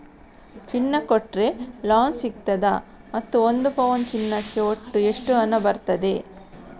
ಚಿನ್ನ ಕೊಟ್ರೆ ಲೋನ್ ಸಿಗ್ತದಾ ಮತ್ತು ಒಂದು ಪೌನು ಚಿನ್ನಕ್ಕೆ ಒಟ್ಟು ಎಷ್ಟು ಹಣ ಬರ್ತದೆ?